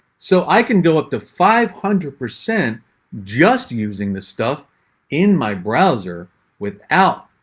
so i can go up to five hundred percent just using the stuff in my browser without